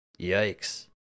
yikes